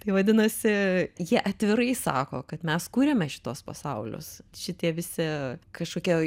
tai vadinasi jie atvirai sako kad mes kuriame šituos pasaulius šitie visi kažkokie